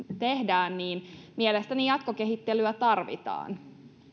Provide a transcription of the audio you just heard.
tehdään mielestäni jatkokehittelyä tarvitaan